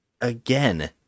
again